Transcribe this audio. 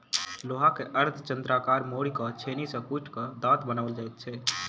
लोहा के अर्धचन्द्राकार मोड़ि क छेनी सॅ कुटि क दाँत बनाओल जाइत छै